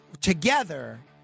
together